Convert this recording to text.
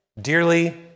dearly